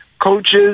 coaches